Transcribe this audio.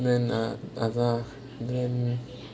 then err other then